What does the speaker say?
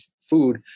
food